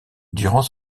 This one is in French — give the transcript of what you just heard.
durant